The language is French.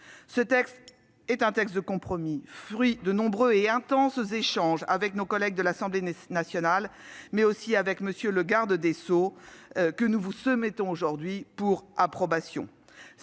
c'est ce texte de compromis, fruit de nombreux et intenses échanges avec nos collègues de l'Assemblée nationale, mais aussi avec M. le garde des sceaux, que nous vous soumettons aujourd'hui pour approbation.